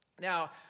Now